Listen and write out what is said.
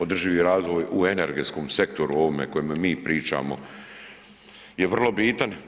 Održivi razvoj u energetskom sektoru o ovome kojemu mi pričamo je vrlo bitan.